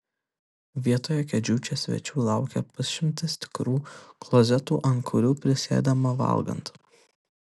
vietoj kėdžių čia svečių laukia pusšimtis tikrų klozetų ant kurių prisėdama valgant